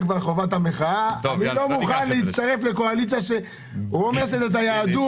אני לא מוכן להצטרף לקואליציה שרומסת את היהדות,